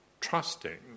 trusting